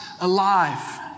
alive